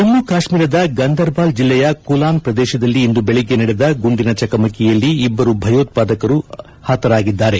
ಜಮ್ಮು ಕಾಶ್ಮೀರದ ಗಂದರ್ಬಾಲ್ ಜಿಲ್ಲೆಯ ಕುಲಾನ್ ಪ್ರದೇಶದಲ್ಲಿ ಇಂದು ಬೆಳಿಗ್ಗೆ ನಡೆದ ಗುಂಡಿನ ಚಕಮಕಿಯಲ್ಲಿ ಇಬ್ಬರು ಭಯೋತ್ಪಾದಕರ ಹತ್ಯೆಯಾಗಿದೆ